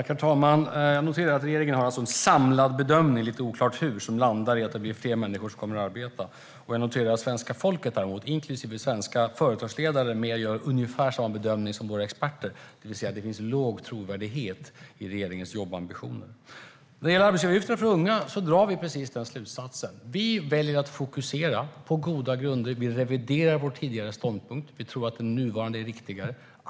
Herr talman! Jag noterar att regeringen har en samlad bedömning, lite oklart hur, som landar i att det blir fler människor som kommer att arbeta. Jag noterar att svenska folket däremot, inklusive svenska företagsledare, gör ungefär samma bedömning som våra experter, det vill säga att det finns låg trovärdighet i fråga om regeringens jobbambitioner. När det gäller arbetsgivaravgiften för unga drar vi precis den slutsatsen. Vi väljer att fokusera, på goda grunder. Vi reviderar vår tidigare ståndpunkt. Vi tror att den nuvarande är riktigare.